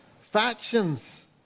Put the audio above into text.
factions